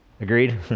Agreed